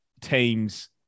teams